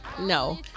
No